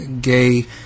gay